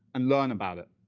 and learn about it.